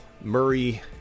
murray